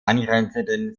angrenzenden